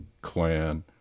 clan